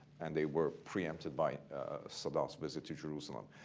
and they were preempted by sadat's visit to jerusalem.